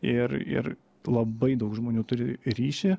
ir ir labai daug žmonių turi ryšį